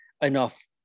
enough